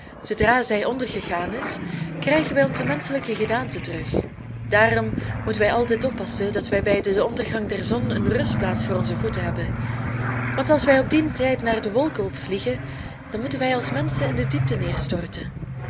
zoodra zij ondergegaan is krijgen wij onze menschelijke gedaante terug daarom moeten wij altijd oppassen dat wij bij den ondergang der zon een rustplaats voor onze voeten hebben want als wij op dien tijd naar de wolken opvliegen dan moeten wij als menschen in de diepte neerstorten